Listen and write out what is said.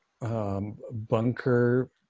Bunker